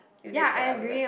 you dead forever